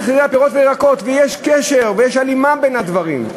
ויש קשר ויש הלימה בין הדברים,